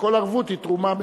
וכל ערבות היא תרומה,